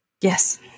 Yes